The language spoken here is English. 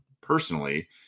personally